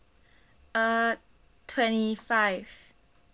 uh twenty five